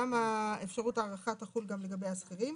ואפשרות ההארכה גם תחול לגבי השכירים.